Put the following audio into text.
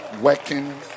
working